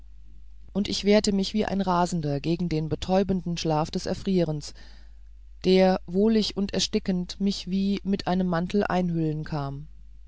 und ich wehrte mich wie ein rasender gegen den betäubenden schlaf des erfrierens der wollig und erstickend mich wie mit einem mantel einhüllen kam